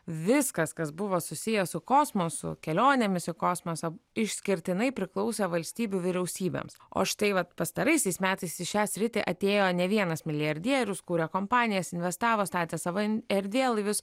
viskas kas buvo susiję su kosmosu kelionėmis į kosmosą išskirtinai priklausė valstybių vyriausybėms o štai vat pastaraisiais metais į šią sritį atėjo ne vienas milijardierius kūrė kompanijas investavo statė savo erdvėlaivius